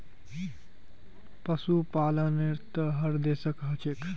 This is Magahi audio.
पशुपालन त हर देशत ह छेक